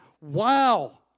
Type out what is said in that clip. wow